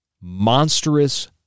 monstrous